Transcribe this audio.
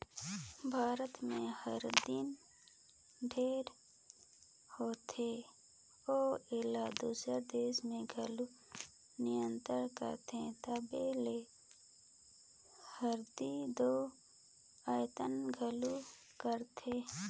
भारत में हरदी ढेरे होथे अउ एला दूसर देस में घलो निरयात करथे तबो ले हरदी ल अयात घलो करथें